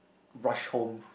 rush home